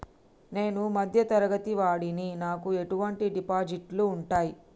నేను మధ్య తరగతి వాడిని నాకు ఎటువంటి డిపాజిట్లు ఉంటయ్?